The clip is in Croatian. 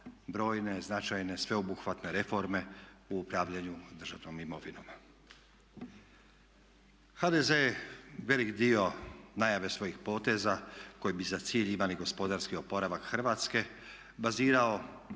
brojne značajne, sveobuhvatne reforme u upravljanju državnom imovinom. HDZ je velik dio najave svojih poteza koji bi za cilj imali gospodarski oporavak Hrvatske bazirao